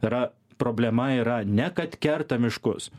yra problema yra ne kad kerta miškus